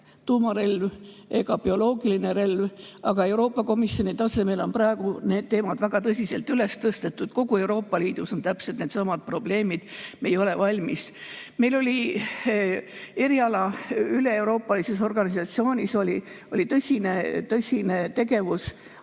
tuuma‑ ega bioloogiline relv. Aga Euroopa Komisjoni tasemel on praegu need teemad väga tõsiselt üles tõstetud, kogu Euroopa Liidus on täpselt needsamad probleemid, et me ei ole valmis. Meil oli eriala üleeuroopalises organisatsioonis tõsine tegevus